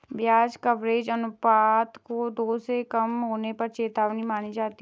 ब्याज कवरेज अनुपात दो से कम होने पर चेतावनी मानी जाती है